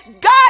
God